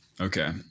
Okay